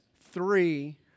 three